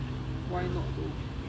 why not though